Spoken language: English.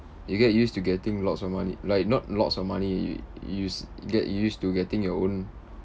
you get used to getting lots of money like not lots of money y~ you get used to getting your own